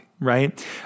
Right